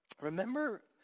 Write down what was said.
remember